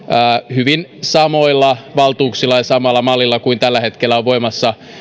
hyvin samoilla valtuuksilla ja samalla mallilla kuin tällä hetkellä on voimassa